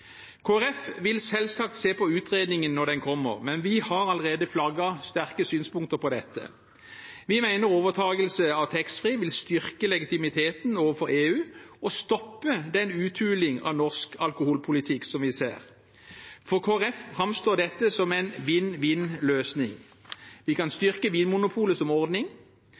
Folkeparti vil selvsagt se på utredningen når den kommer, men vi har allerede flagget sterke synspunkter på dette. Vi mener overtakelse av taxfree-salget vil styrke legitimiteten overfor EU og stoppe den uthuling av norsk alkoholpolitikk som vi ser. For Kristelig Folkeparti framstår dette som en vinn-vinn-løsning. Vi kan styrke Vinmonopolet som ordning,